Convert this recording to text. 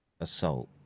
assault